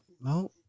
No